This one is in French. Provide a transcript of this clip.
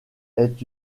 est